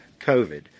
COVID